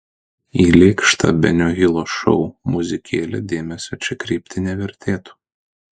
į lėkštą benio hilo šou muzikėlę dėmesio čia kreipti nevertėtų